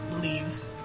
leaves